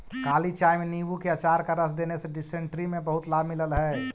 काली चाय में नींबू के अचार का रस देने से डिसेंट्री में बहुत लाभ मिलल हई